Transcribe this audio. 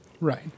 Right